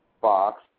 Fox